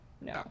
no